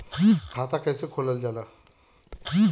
खाता कैसे खोलल जाला?